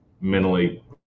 mentally